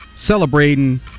celebrating